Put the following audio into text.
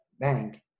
bank